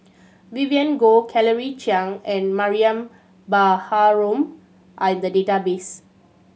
Vivien Goh Claire Chiang and Mariam Baharom are in the database